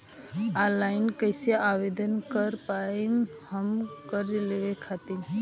Online कइसे आवेदन कर पाएम हम कर्जा लेवे खातिर?